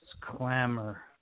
clamor